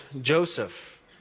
Joseph